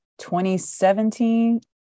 2017